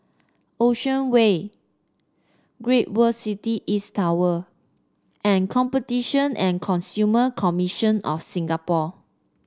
Ocean Way Great World City East Tower and Competition and Consumer Commission of Singapore